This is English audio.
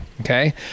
okay